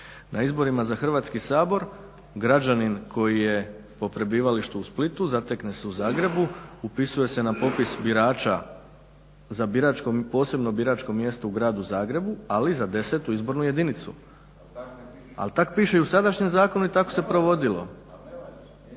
Na izborima za Hrvatski sabor građanin koji je po prebivalištu u Splitu, zatekne se u Zagrebu. Upisuje se na popis birača za posebno biračko mjesto u gradu Zagrebu, ali za desetu izbornu jedinicu. Ali tako piše i u sadašnjem zakonu i tako se provodilo.